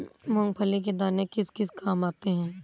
मूंगफली के दाने किस किस काम आते हैं?